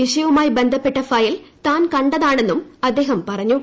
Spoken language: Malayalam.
വിഷയവുമായി ബന്ധപ്പെട്ട ഫയൽ താൻ കണ്ടതാണെന്നും അദ്ദേഹം പറഞ്ഞു